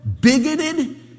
bigoted